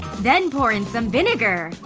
then pour in some vinegar.